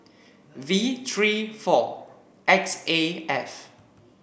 V three four X A F